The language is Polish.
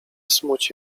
smuci